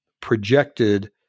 projected